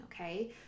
okay